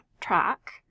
track